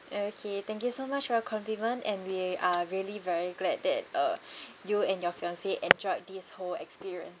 okay thank you so much for your compliment and we are really very glad that uh you and your fiancee enjoyed this whole experience